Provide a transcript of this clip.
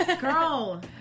Girl